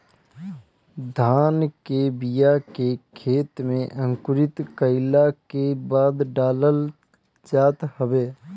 धान के बिया के खेते में अंकुरित कईला के बादे डालल जात हवे